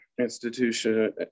Institution